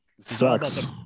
Sucks